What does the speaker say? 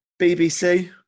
BBC